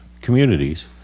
communities